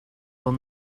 will